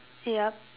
yup